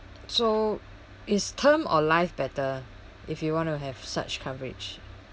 so is term or life better if you want to have such coverage